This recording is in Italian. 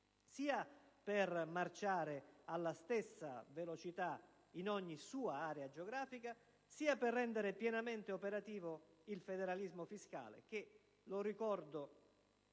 sia per marciare alla stessa velocità in ogni sua area geografica, sia per rendere pienamente operativo il federalismo fiscale che - lo